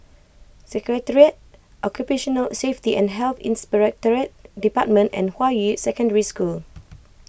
Secretariat Occupational Safety and Health Inspectorate Department and Hua Yi Secondary School